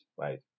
right